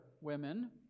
women